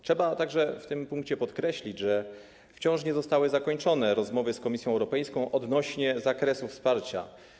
Trzeba także w tym punkcie podkreślić, że wciąż nie zostały zakończone rozmowy z Komisją Europejską odnośnie do zakresu wsparcia.